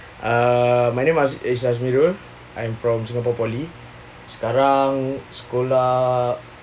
err my name azmirul I'm from singapore poly sekarang sekolah